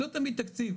לא תמיד תקציב,